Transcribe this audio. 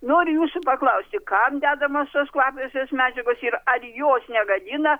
noriu jūsų paklausti kam dedamos tos kvapiosios medžiagos ir ar jos negadina